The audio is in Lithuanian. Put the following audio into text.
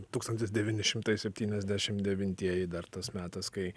tūkstantis devyni šimtai septyniasdešim devintieji dar tas metas kai